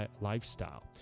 lifestyle